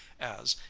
as,